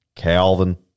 Calvin